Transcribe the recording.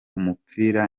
umupira